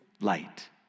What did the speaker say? light